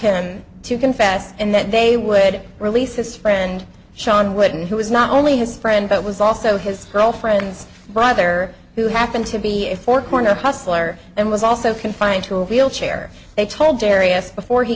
him to confess and that they would release his friend sean wooden who was not only his friend but was also his girlfriend's brother who happened to be a four corner hustler and was also confined to a wheelchair they told terry s before he